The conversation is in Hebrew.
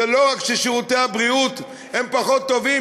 ולא רק ששירותי הבריאות הם פחות טובים,